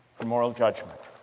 for moral judgment.